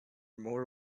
more